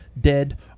Dead